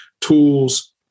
Tools